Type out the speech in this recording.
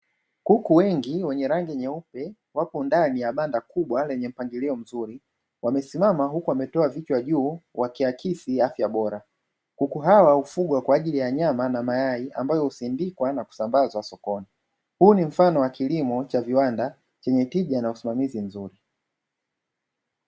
Kuku wengi wenye rangi nyeupe wapo ndani ya banda kubwa lenye mpangilio mzuri. Wamesimama huku wametoa vichwa juu wakiakisi afya bora. Kuku hawa hufugwa kwa ajili ya nyama na mayai ambayo husindikwa na kusambazwa sokoni. Huu ni mfano wa kilimo cha viwanda wenye tija na usimamizi mzuri